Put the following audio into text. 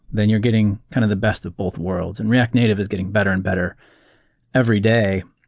then you're getting kind of the best of both worlds, and react native is getting better and better every day.